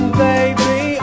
baby